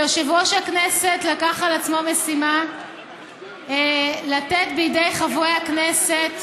יושב-ראש הכנסת לקח על עצמו משימה לתת בידי חברי הכנסת